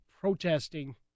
protesting